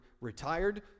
retired